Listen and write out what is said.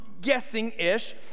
guessing-ish